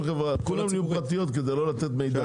כולם נהיו פרטיות כדי לא לתת מידע.